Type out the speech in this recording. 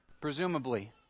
presumably